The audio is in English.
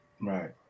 right